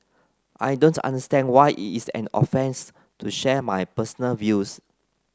I don't understand why it is an offence to share my personal views